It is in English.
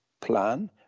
plan